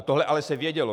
Tohle ale se vědělo.